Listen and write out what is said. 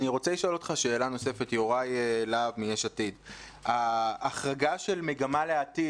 אני רוצה לשאול אותך שאלה נוספת: ההחרגה של "מגמה לעתיד",